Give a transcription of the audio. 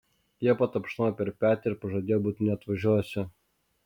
jie patapšnojo per petį ir pažadėjo būtinai atvažiuosią